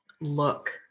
look